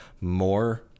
more